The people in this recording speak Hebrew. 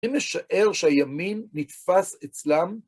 אני משער שהימין נתפס אצלם